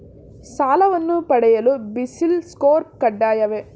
ಸಾಲವನ್ನು ಪಡೆಯಲು CIBIL score ಕಡ್ಡಾಯವೇ?